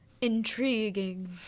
Intriguing